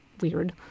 weird